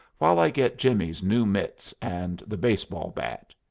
while i get jimmie's new mitts and the base-ball bat?